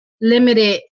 limited